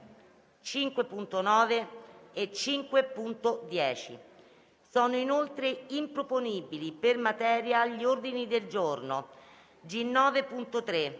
5.9 e 5.10. Sono inoltre improponibili per materia gli ordini del giorno G9.3,